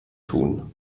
tun